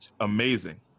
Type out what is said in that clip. Amazing